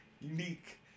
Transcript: unique